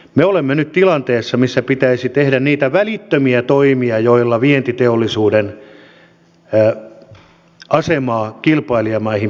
me olemme nyt tilanteessa jossa pitäisi tehdä niitä välittömiä toimia joilla vientiteollisuuden asemaa kilpailijamaihin pystytään kasvattamaan